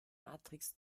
matrix